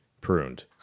pruned